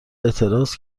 اعتراض